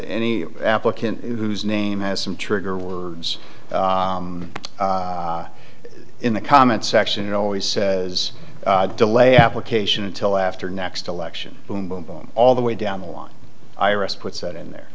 any applicant whose name has some trigger words in the comment section it always says delay application until after next election boom boom boom all the way down the line iris puts it in there